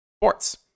sports